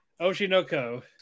Oshinoko